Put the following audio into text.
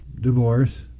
divorce